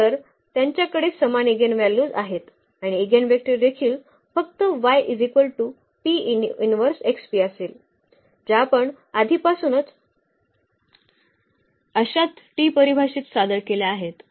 खरं तर त्यांच्याकडे समान ईगेनव्हल्यूज आहेत आणि ईगेनवेक्टर देखील फक्त असेल ज्या आपण आधीपासूनच अशाच t परिभाषेत सादर केल्या आहेत